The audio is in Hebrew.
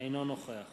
אינו נוכח